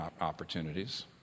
opportunities